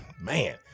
Man